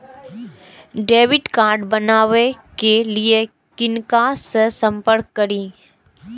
Debit card बनावे के लिए किनका से संपर्क करी?